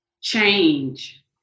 change